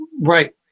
Right